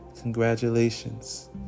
congratulations